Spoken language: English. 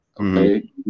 okay